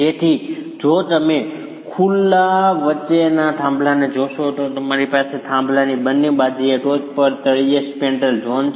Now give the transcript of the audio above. તેથી જો તમે ખુલ્લા વચ્ચેના થાંભલા ને જોશો તો તમારી પાસે થાંભલાની બંને બાજુએ ટોચ પર અને તળિયે સ્પેન્ડ્રેલ ઝોન છે